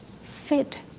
fit